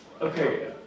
okay